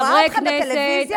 הוא ראה אתכם בטלוויזיה,